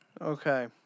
Okay